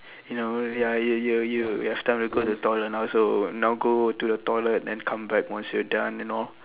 you know ya you you you you have time to go to the toilet now so now go to the toilet and come back once you're done you know